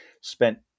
spent